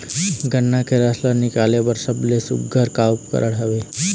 गन्ना के रस ला निकाले बर सबले सुघ्घर का उपकरण हवए?